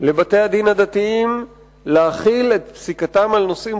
לבתי-הדין הדתיים להחיל את פסיקתם על נושאים